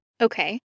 Okay